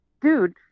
dude